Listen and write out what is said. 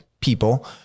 people